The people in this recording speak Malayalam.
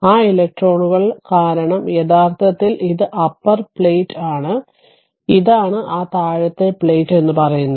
ആ ഇലക്ട്രോണുകൾ കാരണം യഥാർത്ഥത്തിൽ ഇത് അപ്പർ പ്ലേറ്റ് ആണ് ഇതാണ് ആ താഴത്തെ പ്ലേറ്റ് എന്ന് പറയുന്നത്